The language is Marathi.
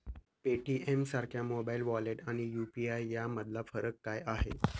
पेटीएमसारख्या मोबाइल वॉलेट आणि यु.पी.आय यामधला फरक काय आहे?